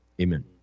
Amen